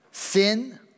Sin